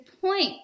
point